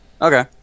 Okay